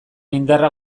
indarra